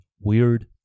weird